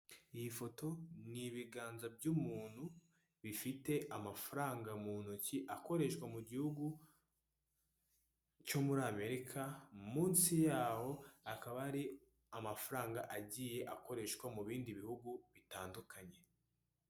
Iyi foto ni ibiganza by'umuntu bifite amafaranga mu ntoki akoreshwa mu gihugu cyo muri Amerika, munsi yaho akaba ari amafaranga agiye akoreshwa mu bindi bihugu bitandukanye.